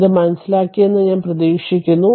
ഇത് മനസ്സിലാക്കിയെന്ന് ഞാൻ പ്രതീക്ഷിക്കുന്നു